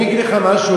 אני אגיד לך משהו,